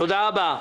תודה רבה.